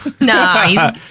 No